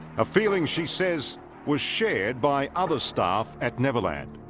a feeling she says was shared by other staff at neverland